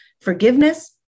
forgiveness